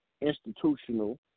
institutional